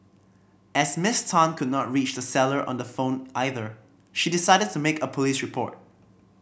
as Miss Tan could not reach the seller on the phone either she decided to make a police report